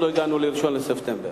עוד לא הגענו ל-1 בספטמבר.